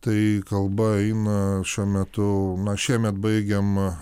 tai kalba eina šiuo metu na šiemet baigiama